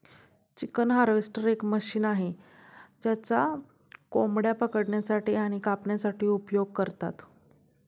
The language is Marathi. चिकन हार्वेस्टर हे एक मशीन आहे ज्याचा कोंबड्या पकडण्यासाठी आणि कापण्यासाठी उपयोग करतात